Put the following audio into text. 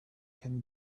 can